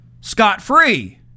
scot-free